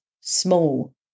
small